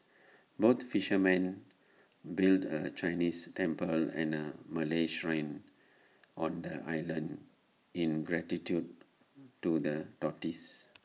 both fishermen built A Chinese temple and A Malay Shrine on the island in gratitude to the tortoise